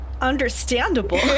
Understandable